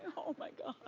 oh my god